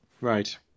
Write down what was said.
Right